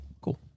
cool